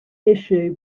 issue